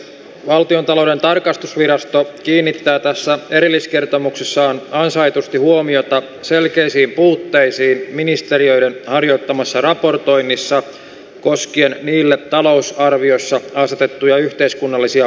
valtiontalouden tarkastusvirasto kiinnittää tässä erilliskertomuksessaan ansaitusti huomiota selkeisiin puutteisiin ministe riöiden harjoittamassa raportoinnissa koskien niille talousarviossa asetettuja yhteiskunnallisia vaikuttavuustavoitteita